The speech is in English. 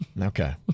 Okay